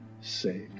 saved